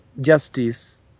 justice